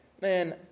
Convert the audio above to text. man